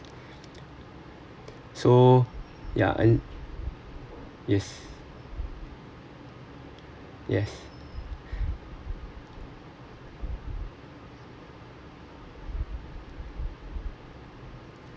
so yeah yes yes